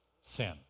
sin